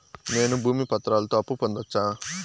నేను భూమి పత్రాలతో అప్పు పొందొచ్చా?